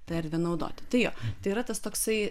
tą erdvę naudoti tai jo tai yra tas toksai